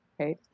Okay